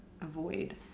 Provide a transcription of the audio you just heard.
avoid